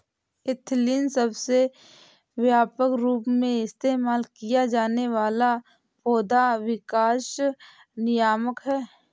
ethylene सबसे व्यापक रूप से इस्तेमाल किया जाने वाला पौधा विकास नियामक है